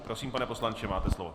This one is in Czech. Prosím, pane poslanče, máte slovo.